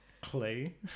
clay